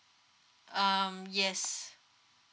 um yes